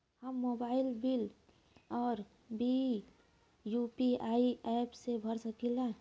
हम mobile bill और bill UPI app से भर सकिला